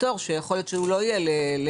תור ויכול להיות שהוא לא יהיה למיידי.